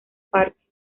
parque